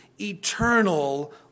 eternal